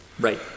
Right